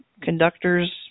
conductor's